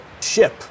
ship